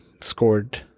scored